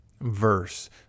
verse